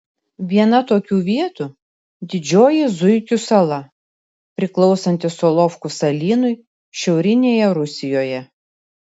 viena tokių vietų didžioji zuikių sala priklausanti solovkų salynui šiaurinėje rusijoje